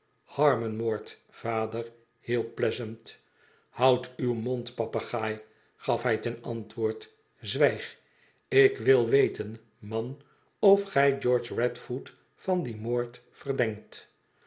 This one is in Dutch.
moord vader hielp pleasant houd uw mond papegaai gaf hij ten antwooid zwjjg ik wü weten man of gij george radfoot van dien moord verdëlll